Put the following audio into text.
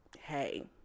Hey